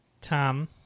Tom